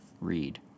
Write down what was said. read